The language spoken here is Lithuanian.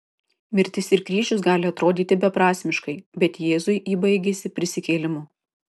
mirtis ir kryžius gali atrodyti beprasmiškai bet jėzui ji baigėsi prisikėlimu